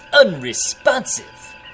unresponsive